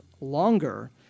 longer